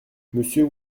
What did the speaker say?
monsieur